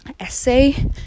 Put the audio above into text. essay